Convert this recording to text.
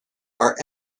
are